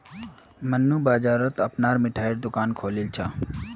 मन्नू बाजारत अपनार मिठाईर दुकान खोलील छ